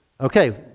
Okay